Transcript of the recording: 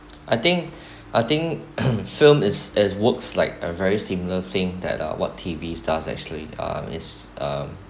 I think I think film it works like a very similar thing that uh what T_V stars actually uh is uh